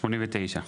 סעיף (10),